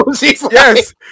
yes